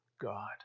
God